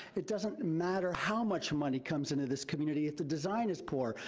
it doesn't matter how much money comes into this community if the design is poor.